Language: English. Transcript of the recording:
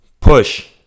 Push